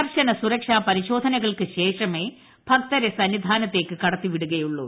കർശന സുരക്ഷാ പരിശ്ശോധ്നകൾക്ക് ശേഷമേ ഭക്തരെ സന്നിധാനത്തെക്ക് കടത്തിവ്വിടു്കയുള്ളു